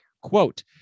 Quote